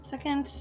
Second